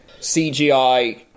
cgi